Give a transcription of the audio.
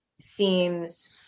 seems